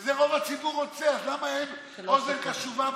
ואת זה רוב הציבור רוצה, אז למה אין אוזן קשובה,